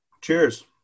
cheers